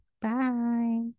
Bye